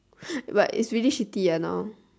but it's really shitty ah now